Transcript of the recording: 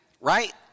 Right